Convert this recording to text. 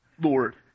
Lord